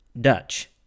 Dutch